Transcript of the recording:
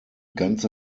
ganze